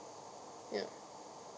ya